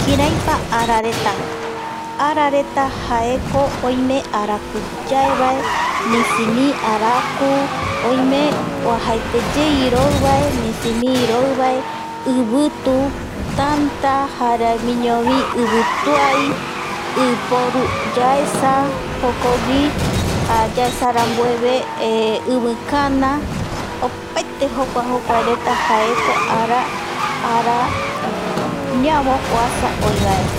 Kiraipa arareta arareta jaeko oime araku yaevae misimi araku oime oajaeteye iroi vae misimi iroivae, ivitu tanta, jaramiñovi, ivituai, iporu yaesa jokogui yaesarambueve ivikana opate jokua jokuareta arañavo oasa oivae